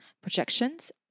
projections